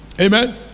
Amen